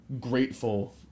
grateful